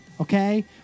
okay